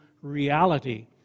reality